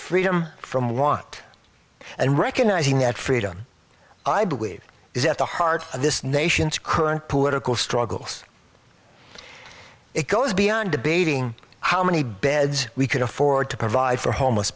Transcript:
freedom from want and recognizing that freedom i believe is at the heart of this nation's current political struggles it goes beyond debating how many beds we could afford to provide for homeless